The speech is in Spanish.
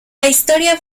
historia